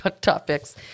topics